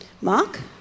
Mark